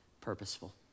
purposeful